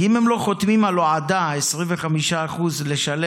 כי אם הם לא חותמים על הוֹעדה, לשלם 25% מהעירייה,